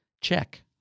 check